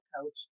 coach